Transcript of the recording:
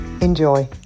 Enjoy